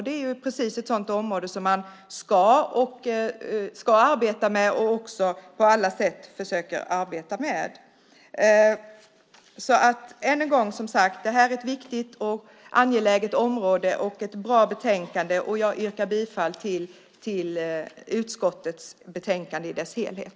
Det är ett sådant område som man ska arbeta med, och det görs också på alla sätt. Än en gång vill jag säga att detta är ett viktigt och angeläget område samt ett bra betänkande, och jag yrkar bifall till utskottets förslag i betänkandet i dess helhet.